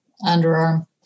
Underarm